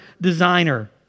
designer